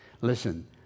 Listen